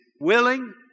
willing